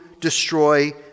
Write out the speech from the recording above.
destroy